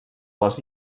les